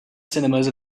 cinemas